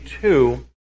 two